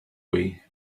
way